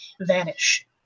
vanish